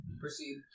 proceed